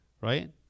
right